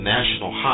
National